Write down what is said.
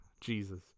Jesus